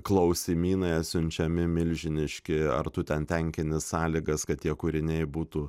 klausimynai atsiunčiami milžiniški ar tu ten tenkini sąlygas kad tie kūriniai būtų